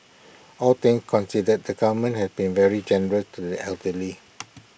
all things considered the government has been very generous to the elderly